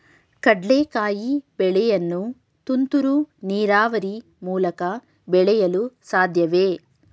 ಕಡ್ಲೆಕಾಯಿ ಬೆಳೆಯನ್ನು ತುಂತುರು ನೀರಾವರಿ ಮೂಲಕ ಬೆಳೆಯಲು ಸಾಧ್ಯವೇ?